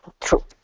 true